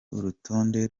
urutonde